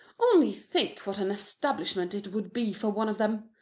only think what an establishment it would be for one of them!